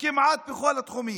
כמעט בכל התחומים,